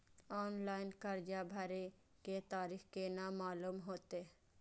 Online कर्जा भरे के तारीख केना मालूम होते?